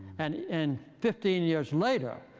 and and fifteen years later,